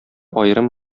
аерым